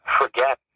forget